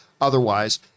otherwise